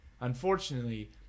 Unfortunately